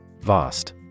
Vast